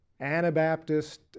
Anabaptist